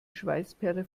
schweißperle